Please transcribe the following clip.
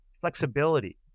flexibility